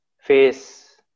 face